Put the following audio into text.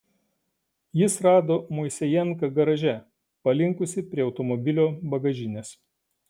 jis rado moisejenką garaže palinkusį prie automobilio bagažinės